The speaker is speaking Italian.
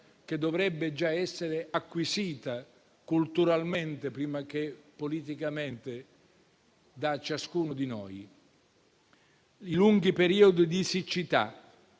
che dovrebbe già essere acquisita culturalmente, prima che politicamente, da ciascuno di noi. I lunghi periodi di siccità